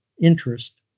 interest